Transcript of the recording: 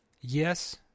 Yes